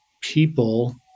people